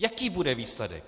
Jaký bude výsledek?